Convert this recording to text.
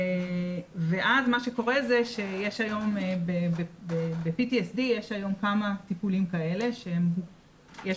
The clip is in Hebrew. ואז מה שקורה זה שיש היום ב-PTSD כמה טיפולים כאלה שיש